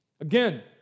Again